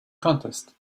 contest